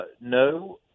No